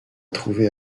trouvé